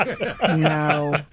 No